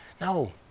No